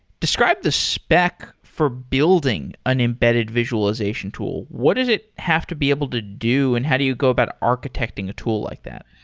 describe the spec for building an embedded visualization tool. what does it have to be able to do and how do you go about architecting a tool like that?